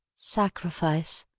sacrifice.